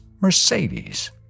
Mercedes